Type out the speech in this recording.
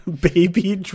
Baby